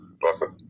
process